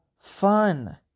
fun